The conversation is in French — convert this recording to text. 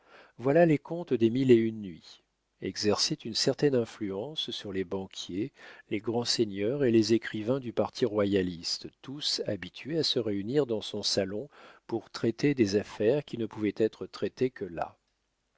voilà les comptes des mille et une nuits exerçait une certaine influence sur les banquiers les grands seigneurs et les écrivains du parti royaliste tous habitués à se réunir dans son salon pour traiter des affaires qui ne pouvaient être traitées que là